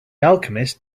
alchemist